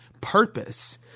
purpose